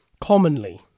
commonly